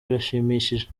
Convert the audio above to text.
birashimishije